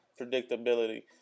predictability